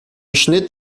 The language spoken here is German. schnitt